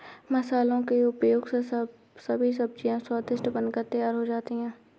मसालों के उपयोग से सभी सब्जियां स्वादिष्ट बनकर तैयार होती हैं